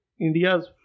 India's